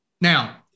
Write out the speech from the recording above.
Now